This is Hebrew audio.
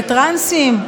לטרנסים: